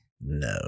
No